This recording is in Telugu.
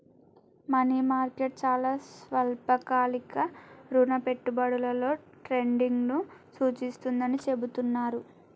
మనీ మార్కెట్ చాలా స్వల్పకాలిక రుణ పెట్టుబడులలో ట్రేడింగ్ను సూచిస్తుందని చెబుతున్నరు